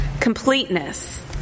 completeness